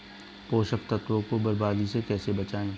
पोषक तत्वों को बर्बादी से कैसे बचाएं?